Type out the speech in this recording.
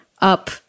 up